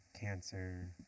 cancer